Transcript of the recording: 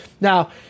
Now